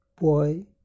boy